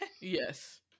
Yes